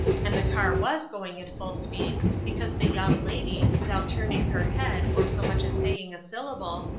and the car was going at full speed, because the young lady, without turning her head or so much as saying a syllable,